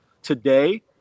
Today